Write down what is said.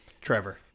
Trevor